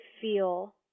feel